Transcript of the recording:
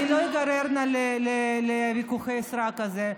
אני לא איגרר לוויכוחי הסרק האלה.